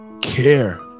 care